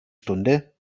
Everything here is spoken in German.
stunde